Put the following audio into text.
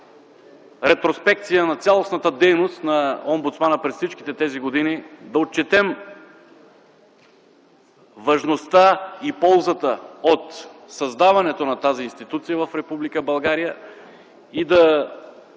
ретроспекция на цялостната дейност на омбудсмана през всичките тези години, да отчетем важността и ползата от създаването на тази институция в